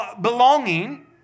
belonging